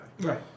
Right